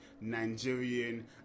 Nigerian